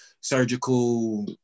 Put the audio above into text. surgical